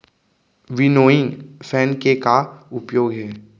Winnowing fan के का का उपयोग हे?